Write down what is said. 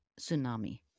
tsunami